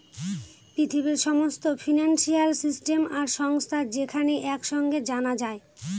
পৃথিবীর সমস্ত financial system আর সংস্থা যেখানে এক সাঙে জানা যায়